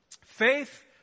Faith